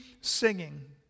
singing